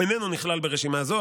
איננו נכלל ברשימה זו,